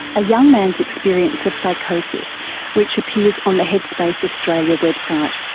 a young man's experience of psychosis which appears on the headspace australia website.